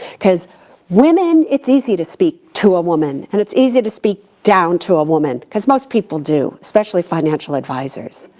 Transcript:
cause women, it's easy to speak to a woman, and it's easy to speak down to a woman. cause most people do. especially financial advisors.